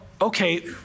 okay